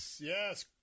Yes